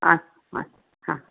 अस्तु अस्तु